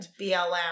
BLM